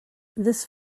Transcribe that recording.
this